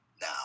Now